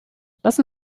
lass